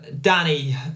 danny